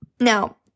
Now